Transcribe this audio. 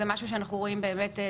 זה משהו שאנחנו רואים בברכה.